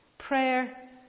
Prayer